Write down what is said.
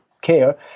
care